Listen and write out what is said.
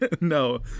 No